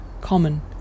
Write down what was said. common